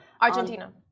Argentina